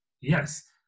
yes